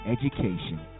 education